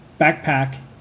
backpack